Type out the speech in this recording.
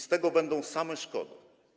Z tego będą same szkody.